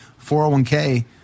401k